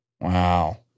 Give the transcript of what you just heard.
Wow